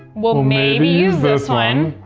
we'll maybe use this one.